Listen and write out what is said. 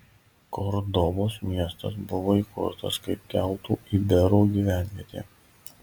kordobos miestas buvo įkurtas kaip keltų iberų gyvenvietė